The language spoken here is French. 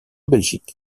belgique